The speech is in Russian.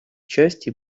части